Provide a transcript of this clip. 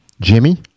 Jimmy